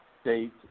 state